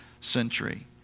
century